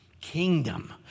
Kingdom